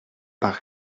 par